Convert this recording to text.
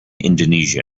indonesia